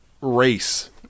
race